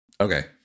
Okay